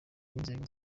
n’inzoga